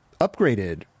upgraded